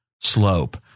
slope